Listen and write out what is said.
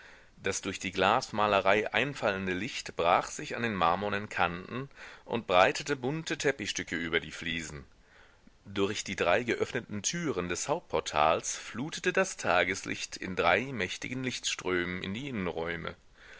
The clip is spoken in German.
das durch die glasmalerei einfallende licht brach sich an den marmornen kanten und breitete bunte teppichstücke über die fliesen durch die drei geöffneten türen des hauptportals flutete das tageslicht in drei mächtigen lichtströmen in die innenräume